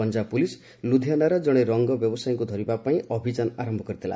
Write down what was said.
Punjab police ଲ୍ରେଧିଆନାର ଜଣେ ରଙ୍ଗ ବ୍ୟବସାୟୀଙ୍କୁ ଧରିବା ପାଇଁ ଅଭିଯାନ ଆରମ୍ଭ କରିଥିଲା